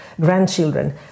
grandchildren